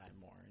more